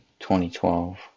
2012